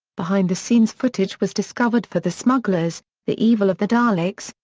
behind-the-scenes footage was discovered for the smugglers, the evil of the daleks,